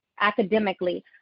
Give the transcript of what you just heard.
academically